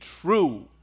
true